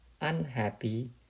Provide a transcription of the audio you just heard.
unhappy